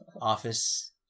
office